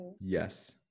Yes